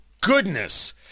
goodness